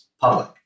public